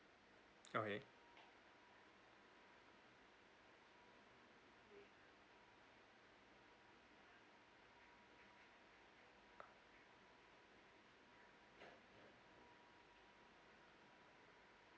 okay